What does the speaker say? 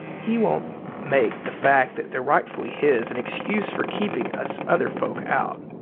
he won't make the fact that they're rightfully his an excuse for keeping us other folk out.